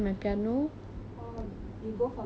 orh you go for classes ah